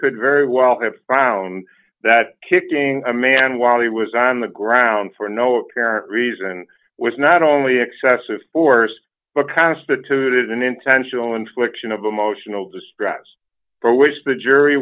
could very well have found that kicking a man while he was on the ground for no apparent reason was not only excessive force but constituted an intentional infliction of emotional distress for which the jury